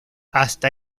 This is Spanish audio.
hasta